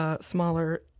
smaller